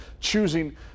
choosing